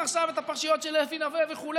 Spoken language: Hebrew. יש לו חופש עיסוק, זה חוק-יסוד.